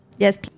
Yes